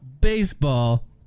baseball